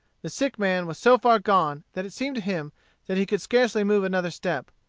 the sick man was so far gone that it seemed to him that he could scarcely move another step.